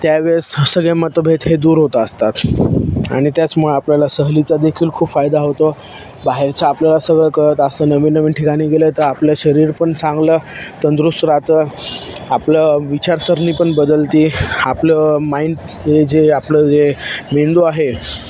त्यावेळेस सगळे मतभेेद हे दूर होत असतात आणि त्याचमुळं आपल्याला सहलीचा देखील खूप फायदा होतो बाहेरचं आपल्याला सगळं कळत असतं नवीन नवीन ठिकाणी गेलं तर आपलं शरीर पण चांगलं तंदुरुस्त राहतं आपलं विचारसरणी पण बदलती आपलं माइंड हे जे आपलं जे मेंदू आहे